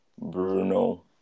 Bruno